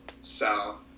south